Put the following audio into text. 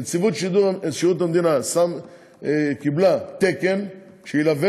ונציבות שירות המדינה קיבלה תקן שילווה